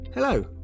Hello